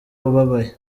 ubabaye